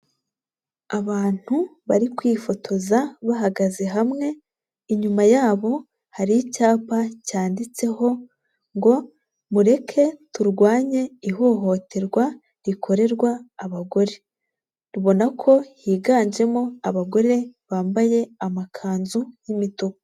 Abantu bari kwifotoza bahagaze hamwe, inyuma yabo hari icyapa cyanditseho ngo: "Mureke turwanye ihohoterwa rikorerwa abagore." Ubona ko higanjemo abagore bambaye amakanzu y'imituku.